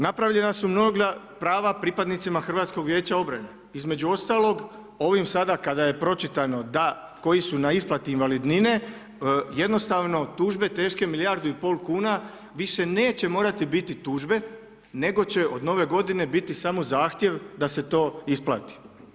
Napravljena su mnoga prava pripadnicima HVO-a, između ostalog ovim sada kada je pročitano da koji su na isplati invalidnine, jednostavno tužbe teške milijardu i pol kuna, više neće morati biti tužbe nego će od Nove godine biti samo zahtjev da se to isplati.